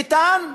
ביטן,